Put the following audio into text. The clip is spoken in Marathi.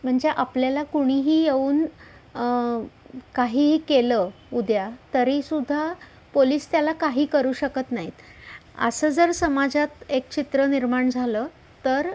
म्हणजे आपल्याला कुणीही येऊन काहीही केलं उद्या तरीसुद्धा पोलिस त्याला काही करू शकत नाहीत असं जर समाजात एक चित्र निर्माण झालं तर